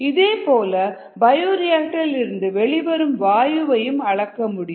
இதேபோல பயோரியாக்டர்இலிருந்து வெளிவரும் வாயுவையும் அளக்க முடியும்